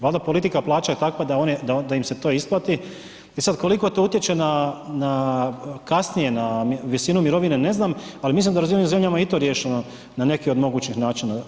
Valjda politika plaća je takva da im se to isplati i sad koliko to utječe kasnije na visinu mirovine ne znam, ali mislim da je u razvijenim zemljama i to riješeno na neki od mogućih načina.